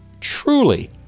truly